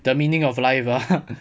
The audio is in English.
the meaning of life